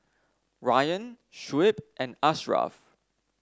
Ryan Shuib and Ashraf